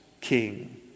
king